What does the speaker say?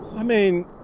i mean,